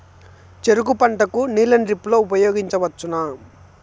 చెరుకు పంట కు నీళ్ళని డ్రిప్ లో ఉపయోగించువచ్చునా?